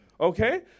Okay